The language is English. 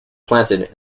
planted